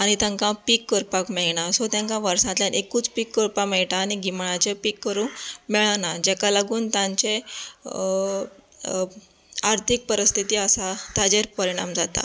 आनी तांकां पीक करपाक मेळना सो तांकां वर्सांतल्यान एकूच पीक करपाक मेळटा आनी गिमाळ्याचे पीक करुंक मेळना जेका लागून तांचे आर्थीक परीस्थिती आसा ताजेर परीणाम जाता